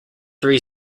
three